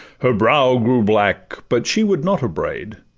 her brow grew black, but she would not upbraid,